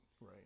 Right